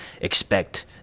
expect